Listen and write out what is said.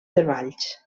treballs